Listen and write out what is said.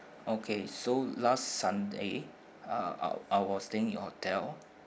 okay so last sunday uh I I was staying in hotel